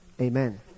Amen